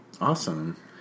Awesome